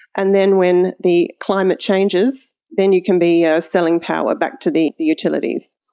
and then when the climate changes, then you can be ah selling power back to the the utilities.